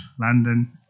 London